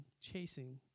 chasing